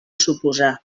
suposar